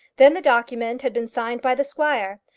then the document had been signed by the squire,